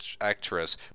actress